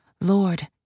Lord